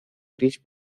gris